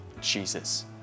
Jesus